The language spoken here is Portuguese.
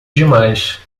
demais